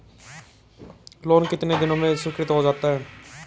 Loan कितने दिन में स्वीकृत हो जाता है?